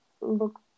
look